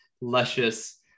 luscious